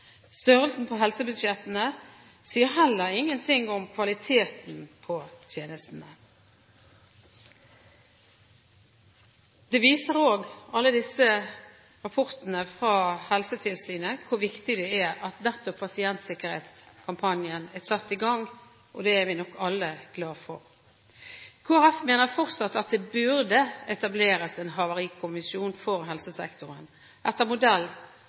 Størrelsen på helsebudsjettene sier heller ingenting om kvaliteten på tjenestene. Alle disse rapportene fra Helsetilsynet viser hvor viktig det er at nettopp pasientsikkerhetskampanjen er satt i gang, og det er vi nok alle glad for. Kristelig Folkeparti mener fortsatt at det burde etableres en havarikommisjon for helsesektoren etter modell